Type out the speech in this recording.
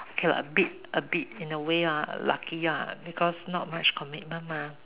okay lah a bit a bit in a way ah lucky ah because not much commitment mah